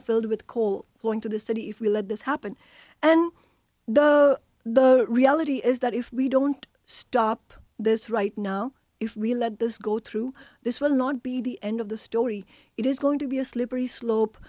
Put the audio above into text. filled with coal going to the city if we let this happen and the reality is that if we don't stop this right now if we let this go through this will not be the end of the story it is going to be a slippery slope